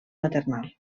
maternal